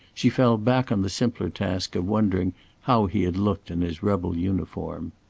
she fell back on the simpler task of wondering how he had looked in his rebel uniform.